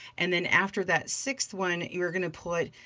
and then after that sixth one, you're gonna put,